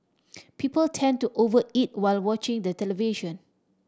people tend to over eat while watching the television